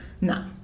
No